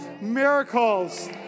miracles